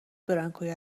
برانکوی